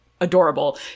adorable